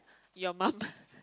your mum